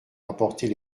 apporter